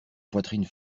poitrine